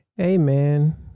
Amen